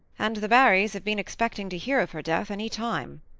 and the barrys have been expecting to hear of her death any time.